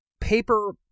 paper